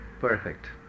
perfect